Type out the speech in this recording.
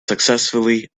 successfully